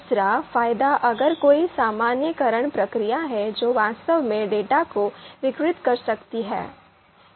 दूसरा फायदा अगर कोई सामान्यीकरण प्रक्रिया है जो वास्तव में डेटा को विकृत कर सकती है